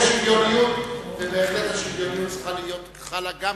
בהחלט השוויוניות צריכה לחול גם כאן.